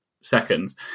seconds